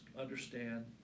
understand